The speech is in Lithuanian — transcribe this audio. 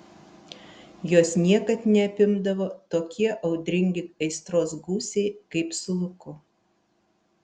jos niekad neapimdavo tokie audringi aistros gūsiai kaip su luku